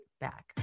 back